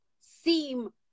seem